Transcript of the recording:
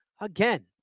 again